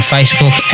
Facebook